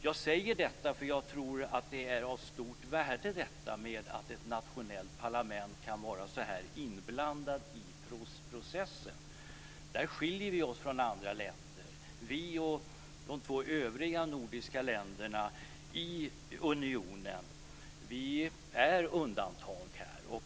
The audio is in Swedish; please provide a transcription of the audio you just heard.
Jag säger detta därför att jag tror att det är av stort värde att ett nationellt parlament kan vara så här inblandat i processen. Där skiljer vi oss från andra länder. Vi och de två övriga nordiska länderna i unionen är undantag här.